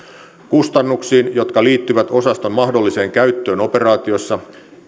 kustannuksiin jotka liittyvät osaston mahdolliseen käyttöön operaatiossa